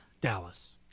Dallas